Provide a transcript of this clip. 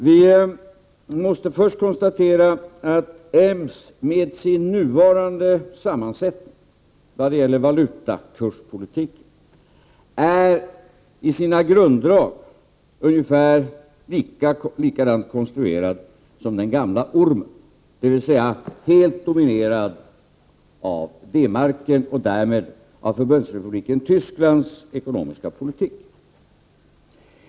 Vi måste först konstatera att EMS med sin nuvarande sammansättning då det gäller valutakurspolitiken i sina grunddrag är ungefär likadant konstruerad som den gamla ormen, dvs. helt dominerad av D-marken och därmed av Förbundsrepubliken Tysklands ekonomiska politik.